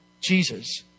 Jesus